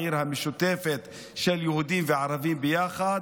העיר המשותפת של יהודים וערבים ביחד.